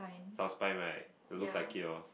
South Spine right don't looks like it oh